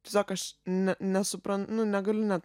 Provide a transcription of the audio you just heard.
tiesiog aš ne nesupran nu negaliu net